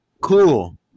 cool